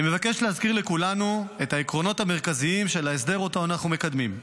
אני מבקש להזכיר לכולנו את העקרונות המרכזיים של ההסדר שאנחנו מקדמים: